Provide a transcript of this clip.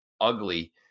ugly